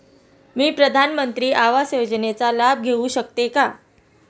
मी प्रधानमंत्री आवास योजनेचा लाभ घेऊ शकते का?